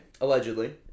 Allegedly